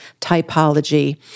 Typology